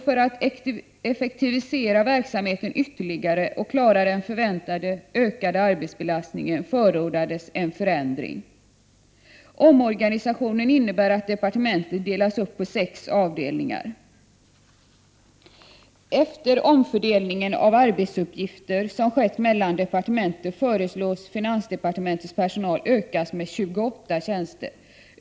För att effektivisera verksamheten ytterligare och klara den förväntade ökade arbetsbelastningen förordades alltså en förändring. Omorganisationen innebär att departementet delas upp på sex avdelningar. Efter den omfördelning av arbetsuppgifter som skett mellan departementen föreslås finansdepartementets personal ökas med 28 tjänster.